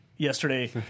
yesterday